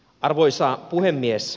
arvoisa puhemies